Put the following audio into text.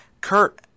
Kurt